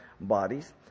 bodies